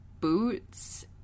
boots